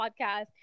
podcast